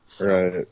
right